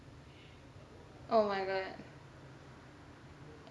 oh my god